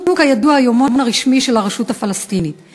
שהוא כידוע היומון הרשמי של הרשות הפלסטינית: